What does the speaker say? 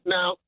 Now